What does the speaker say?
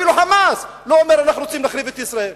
אפילו "חמאס" לא אומר: אנחנו רוצים להחריב את ישראל.